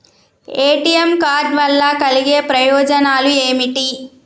ATM card వల్ల కలిగే ప్రయోజనాలు ఏమిటి?